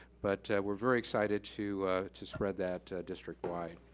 but we're very excited to to spread that district wide.